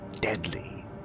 Deadly